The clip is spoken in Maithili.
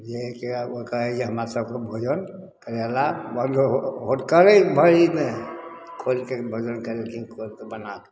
जे कि आब ओ कहै जे हमरा सभके भोजन करेला बन्द हो करै भरिमे खोलिके भोजन करेलखिन खोलि कऽ बनाकऽ